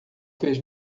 fez